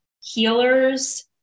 healers